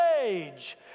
age